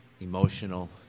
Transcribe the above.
emotional